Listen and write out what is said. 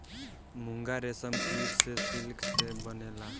मूंगा रेशम कीट से सिल्क से बनेला